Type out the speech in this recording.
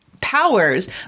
powers